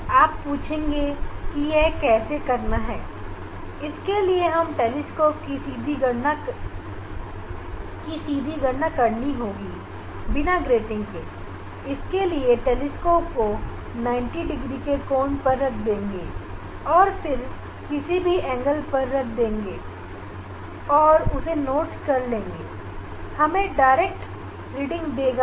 इसके लिए हमें बिना ग्रेटिंग के टेलीस्कोप की सीधी गणना करनी होगी जिसके बाद टेलीस्कोप को 90 डिग्री के कोण पर रख देंगे और फिर किसी भी एंगल पर रख देंगे और उसे नोट कर लेंगे यह हमें डायरेक्ट रीडिंग देगा